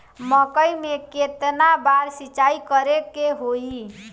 मकई में केतना बार सिंचाई करे के होई?